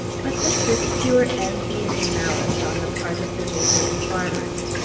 but this was pure envy and malice on the part of the neighboring farmers.